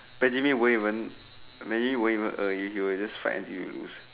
Benjamin will won't maybe will won't a hear he will just fight until youth